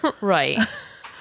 Right